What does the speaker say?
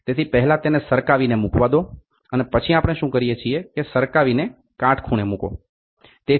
તેથી પહેલા તેને સરકાવીને મૂકવા દો અને પછી આપણે શું કરીએ છીએ કે સરકાવીને કાટખૂણે મૂકો